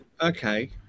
okay